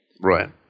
Right